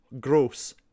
gross